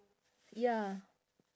ya